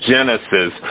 Genesis